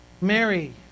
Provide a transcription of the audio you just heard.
Mary